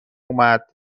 اومد